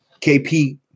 KP